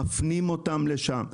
מפנים אותם לשם.